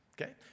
Okay